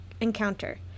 encounter